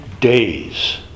days